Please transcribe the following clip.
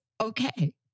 okay